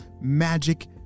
magic